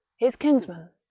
his kinsman,